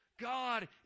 God